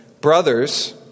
brothers